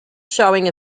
showing